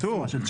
כתוב.